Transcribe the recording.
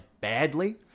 badly